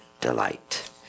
delight